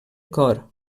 cor